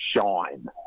Shine